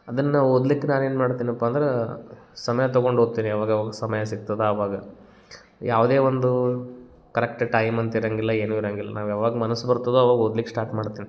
ಅದನ್ನು ಓದ್ಲಿಕ್ಕೆ ನಾನೇನು ಮಾಡ್ತೀನಪ್ಪಾ ಅಂದ್ರೆ ಸಮಯ ತೊಗೊಂಡು ಓದ್ತೀನಿ ಯಾವಾಗ ಅವಾಗ ಸಮಯ ಸಿಗ್ತದೆ ಆವಾಗ ಯಾವುದೇ ಒಂದು ಕರೆಕ್ಟ್ ಟೈಮ್ ಅಂತ ಇರಂಗಿಲ್ಲ ಏನೂ ಇರಂಗಿಲ್ಲ ನಾವು ಯಾವಾಗ ಮನಸ್ಸು ಬರ್ತದೋ ಅವಾಗ ಓದ್ಲಿಕ್ಕೆ ಸ್ಟಾರ್ಟ್ ಮಾಡ್ತೀನಿ